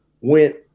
went